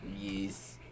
yes